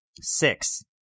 Six